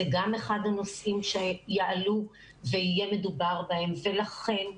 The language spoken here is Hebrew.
זה גם אחד הנושאים שיעלו ויהיה מדובר בהם ולכן,